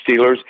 Steelers